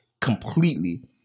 completely